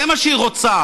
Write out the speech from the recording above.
זה מה שהיא רוצה.